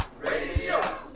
Radio